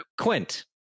Quint